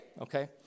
Okay